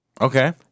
Okay